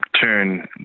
turn